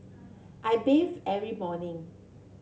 I bathe every morning